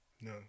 No